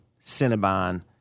Cinnabon